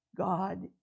God